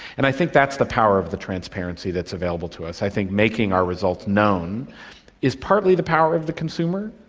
and i think that's the power of the transparency that's available to us. i think making our results known is partly the power of the consumer,